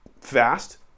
fast